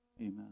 Amen